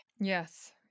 yes